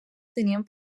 tenien